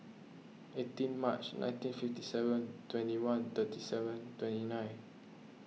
eighteen March nineteen fifty seven twenty one thirty seven twenty nine